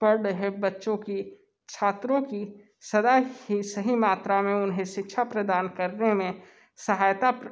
पढ़ रहे है बच्चों की छात्रों की सदा ही सही मात्रा में उन्हें शिक्षा प्रदान करने में सहायता प्र